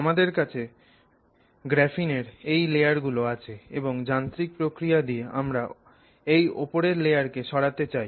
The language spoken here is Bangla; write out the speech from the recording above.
আমাদের কাছে গ্রাফিনের এই লেয়ার গুলো আছে এবং যান্ত্রিক প্রক্রিয়া দিয়ে আমরা এই ওপরের লেয়ার কে সরাতে চাই